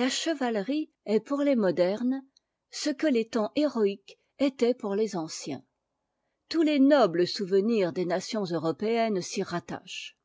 la ehevaterie est pour les modernes ce que lés temps héroïques étaient pour tes anciens tous les nobles souvenirs des nations européennes s'y rattachent